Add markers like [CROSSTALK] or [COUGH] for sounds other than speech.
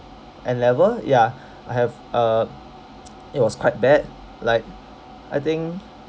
N level ya I have uh [NOISE] it was quite bad like I think